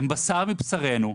הם בשר מבשרינו,